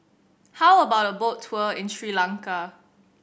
how about a boat tour in Sri Lanka